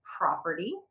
property